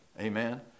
Amen